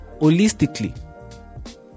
holistically